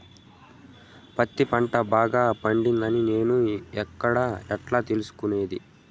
పత్తి పంట బాగా పండిందని నేను ఎక్కడ, ఎట్లా తెలుసుకునేది?